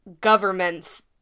governments